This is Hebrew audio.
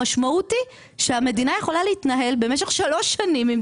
המשמעות היא שהמדינה יכולה להתנהל במשך שלוש שנים או